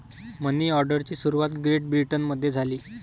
मनी ऑर्डरची सुरुवात ग्रेट ब्रिटनमध्ये झाली